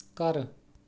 ਘਰ